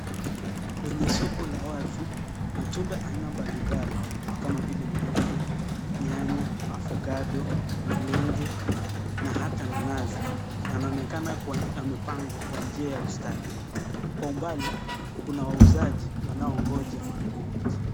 Kwenye soko la wazi, matunda aina mbalimbali kama vile maembe, nyanya, avocado, malenge na ata nanasi yanaonekana kuwa yamepangwa kwa njia ya ustadi. Kwa umbali kuna wauzaji wanaogonja wanunuaji.